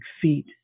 feet